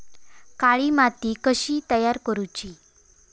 काळी माती कशी तयार करूची?